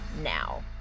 now